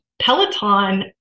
Peloton